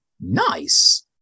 nice